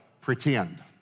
pretend